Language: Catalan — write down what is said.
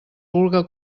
vulga